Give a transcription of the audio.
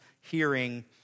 hearing